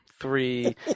three